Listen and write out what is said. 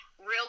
real